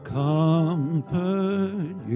comfort